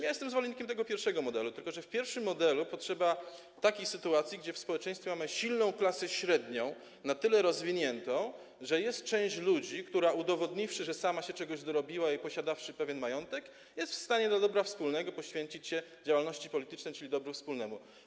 Ja jestem zwolennikiem tego pierwszego modelu, tylko że w pierwszym modelu potrzeba takiej sytuacji, gdy w społeczeństwie mamy silną klasę średnią, na tyle rozwiniętą, że jest część ludzi, która udowodniwszy, że sama się czegoś dorobiła, i posiadawszy pewien majątek, jest w stanie dla dobra wspólnego poświęcić się działalności politycznej, czyli dobru wspólnemu.